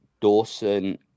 Dawson